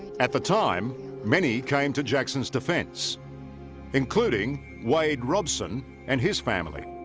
at the time many came to jackson's defense including wade robson and his family